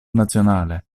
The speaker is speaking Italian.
nazionale